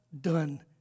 done